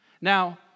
Now